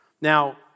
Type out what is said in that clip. Now